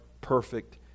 perfect